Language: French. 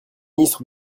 ministre